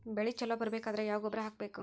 ಬೆಳಿ ಛಲೋ ಬರಬೇಕಾದರ ಯಾವ ಗೊಬ್ಬರ ಹಾಕಬೇಕು?